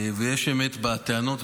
יש אמת בטענות,